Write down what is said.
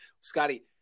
Scotty